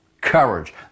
courage